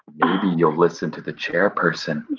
you'll listen to the chairperson.